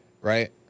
right